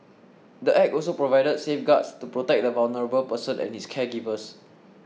the Act also provides safeguards to protect the vulnerable person and his caregivers